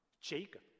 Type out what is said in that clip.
Jacob